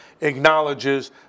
acknowledges